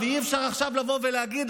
ואי-אפשר עכשיו לבוא ולהגיד,